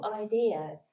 idea